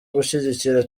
gushyigikira